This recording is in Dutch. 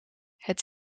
het